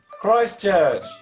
Christchurch